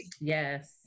Yes